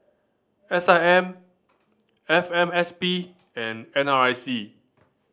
S I M F M S P and N R I C